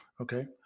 okay